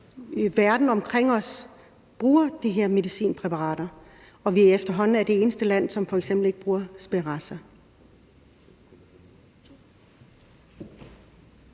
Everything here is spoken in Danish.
verden omkring os bruger de her medicinpræparater, og at vi efterhånden er det eneste land, som ikke bruger f.eks.